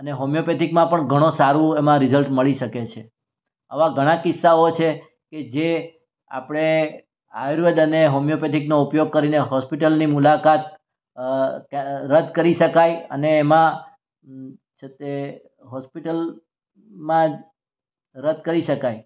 અને હોમિયોપેથિકમાં પણ ઘણો સારું એમાં રિઝલ્ટ મળી શકે છે આવા ઘણા કિસ્સાઓ છે કે જે આપણે આયુર્વેદ અને હોમિયોપેથિકનો ઉપયોગ કરીને હોસ્પિટલની મુલાકાત રદ કરી શકાય અને એમાં છે તે હોસ્પિટલમાં જ રદ કરી શકાય